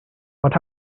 what